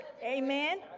amen